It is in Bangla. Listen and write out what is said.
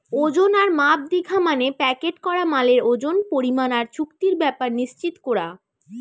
ওজন আর মাপ দিখা মানে প্যাকেট করা মালের ওজন, পরিমাণ আর চুক্তির ব্যাপার নিশ্চিত কোরা